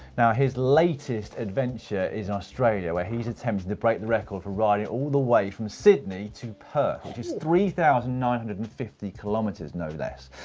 now his latest adventure is australia, where he's attempting to break the record for riding all the way from sydney to perth, which is three thousand nine hundred and fifty kilometres, no less.